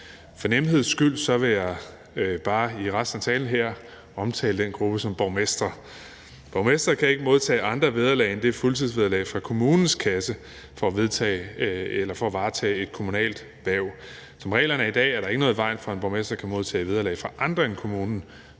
For nemheds skyld vil jeg bare i resten af talen her omtale den gruppe som borgmestre. Borgmestre kan ikke modtage andre vederlag end fuldtidsvederlaget fra kommunens kasse for at varetage et kommunalt hverv. Som reglerne er i dag, er der ikke noget i vejen for, at en borgmester kan modtage vederlag fra andre end kommunen